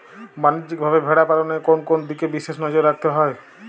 বাণিজ্যিকভাবে ভেড়া পালনে কোন কোন দিকে বিশেষ নজর রাখতে হয়?